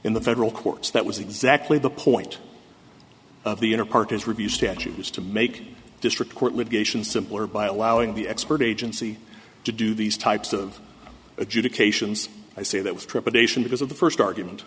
in the federal courts that was exactly the point of the inner part is review statues to make district court litigation simpler by allowing the expert agency to do these types of adjudications i say that was trepidation because of the first argument